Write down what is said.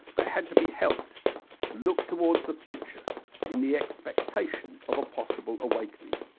they had to be helped to look towards the future in the expectation of a possible awakening.